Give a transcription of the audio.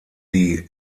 die